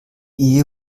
ehe